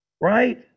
Right